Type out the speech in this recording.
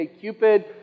Cupid